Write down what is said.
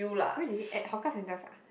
really at hawker centres ah